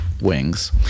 wings